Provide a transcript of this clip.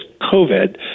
COVID